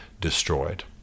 destroyed